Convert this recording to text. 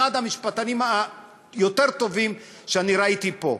אחד המשפטנים היותר-טובים שאני ראיתי פה,